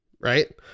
right